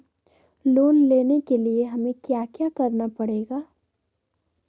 Loan लेने के लिए हमें क्या क्या करना पड़ेगा?